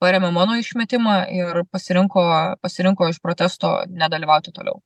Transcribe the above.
parėmė mano išmetimą ir pasirinko pasirinko iš protesto nedalyvauti toliau